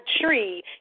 tree